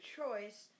choice